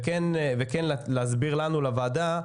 וכן להסביר לנו לוועדה,